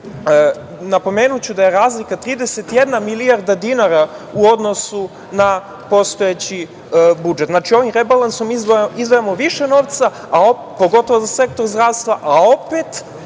najbitnije. Napomenuću da je razlika 31 milijarda dinara u odnosu na postojeći budžet. Ovim rebalansom izdvajamo više novca, a pogotovo za sektor zdravstva, a opet